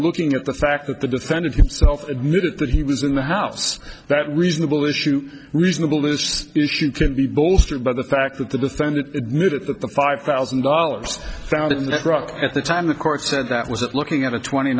looking at the fact that the defendant himself admitted that he was in the house that reasonable issue reasonable is issue can be bolstered by the fact that the defendant admitted that the five thousand dollars found in the truck at the time the court said that was that looking at a twenty